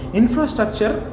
infrastructure